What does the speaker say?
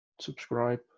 subscribe